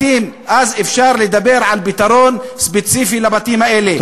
אפשר לדבר על פתרון ספציפי לבתים האלה.